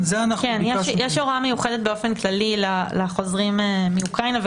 יש הוראה מיוחדת באופן כללי לחוזרים מאוקראינה,